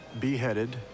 beheaded